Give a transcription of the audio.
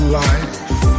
life